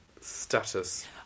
status